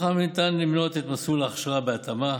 ניתן למנות בהם את מסלול ההכשרה בהתאמה